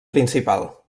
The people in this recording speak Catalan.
principal